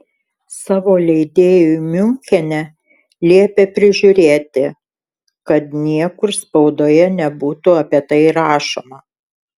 savo leidėjui miunchene liepė prižiūrėti kad niekur spaudoje nebūtų apie tai rašoma